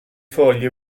foglie